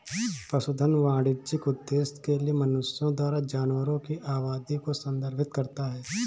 पशुधन वाणिज्यिक उद्देश्य के लिए मनुष्यों द्वारा जानवरों की आबादी को संदर्भित करता है